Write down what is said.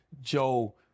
Joe